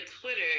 Twitter